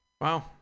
Wow